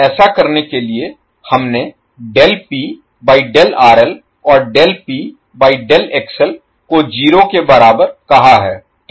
ऐसा करने के लिए हमने del P by del RL और del P by del XL को 0 के बराबर कहा है